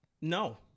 no